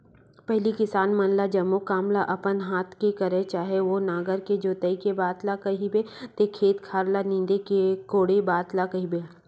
पहिली किसान मन ह जम्मो काम ल अपन हात ले करय चाहे ओ नांगर के जोतई के बात ल कहिबे ते खेत खार ल नींदे कोड़े बात ल कहिबे